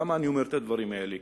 למה אני אומר את הדברים האלה?